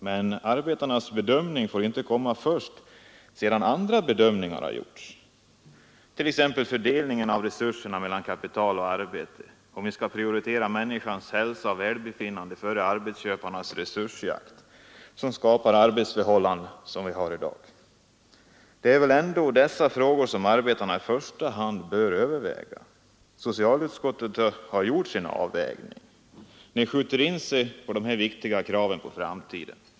Men arbetarnas bedömning får ju komma in först när andra bedömningar har gjorts, t.ex. fördelningen av resurserna mellan kapital och arbete och om vi skall prioritera människans hälsa och välbefinnande före arbetsköparnas resursjakt, som skapar de arbetsförhållanden vi i dag har. Det är väl ändå dessa frågor som arbetarna i första hand bör överväga. Socialutskottet har gjort sin avvägning, när det skjuter dessa viktiga krav på framtiden.